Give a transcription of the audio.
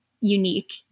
unique